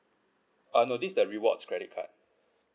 uh no this is the rewards credit card